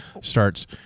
starts